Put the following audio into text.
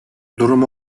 durum